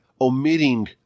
omitting